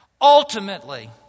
Ultimately